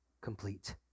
complete